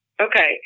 Okay